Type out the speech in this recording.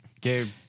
Gabe